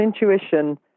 intuition